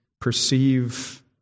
perceive